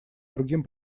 другим